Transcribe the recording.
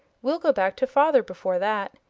we'll go back to father before that.